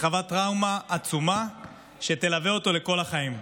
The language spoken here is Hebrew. וחווה טראומה עצומה שתלווה אותו לכל החיים.